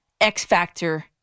X-Factor